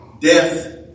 death